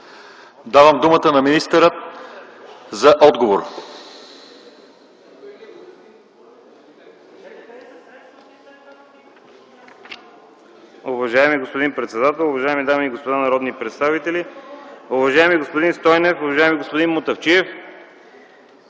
Давам думата на министъра за отговор.